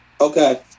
Okay